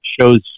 shows